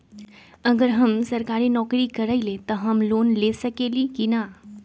अगर हम सरकारी नौकरी करईले त हम लोन ले सकेली की न?